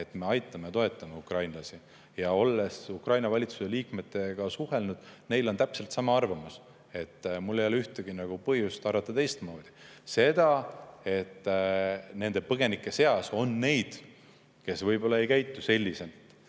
me aitame ja toetame ukrainlasi. Olen Ukraina valitsuse liikmetega suhelnud ja tean, et neil on täpselt sama arvamus. Mul ei ole ühtegi põhjust arvata teistmoodi. Seda, et nende põgenike seas on neid, kes võib-olla ei käitu nii,